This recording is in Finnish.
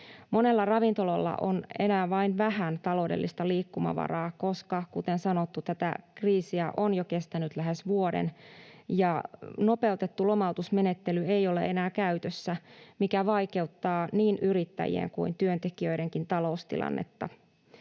Monella ravintolalla on enää vain vähän taloudellista liikkumavaraa, koska kuten sanottu, tätä kriisiä on jo kestänyt lähes vuoden ja nopeutettu lomautusmenettely ei ole enää käytössä, mikä vaikeuttaa niin yrittäjien kuin työntekijöidenkin taloustilannetta.